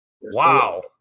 Wow